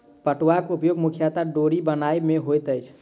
पटुआक उपयोग मुख्यतः डोरी बनयबा मे होइत अछि